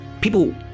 people